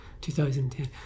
2010